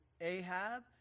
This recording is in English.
Ahab